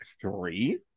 three